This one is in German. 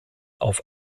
auf